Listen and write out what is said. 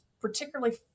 particularly